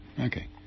Okay